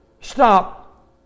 stop